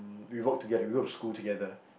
we work together we go to school together